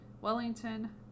Wellington